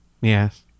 Yes